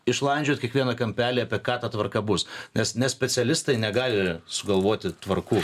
išlandžiot kiekvieną kampelį apie ką ta tvarka bus nes ne specialistai negali sugalvoti tvarkų